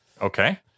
Okay